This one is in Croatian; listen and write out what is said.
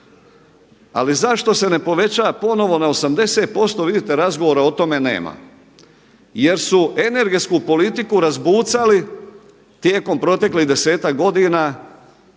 Ali zašto se ne poveća ponovno na 80% vidite razgovora o tome nema, jer su energetsku politiku razbucali tijekom proteklih desetak godina